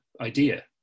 idea